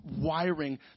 wiring